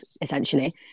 essentially